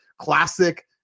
classic